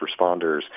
responders